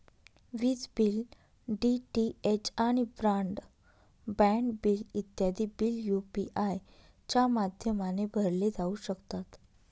विज bill, DTH आणि broadband bill इत्यादी बिल यू.पी.आय च्या माध्यमाने भरले जाऊ शकतात